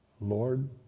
Lord